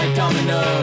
domino